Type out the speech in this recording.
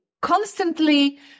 constantly